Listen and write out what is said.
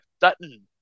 Dutton